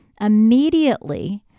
immediately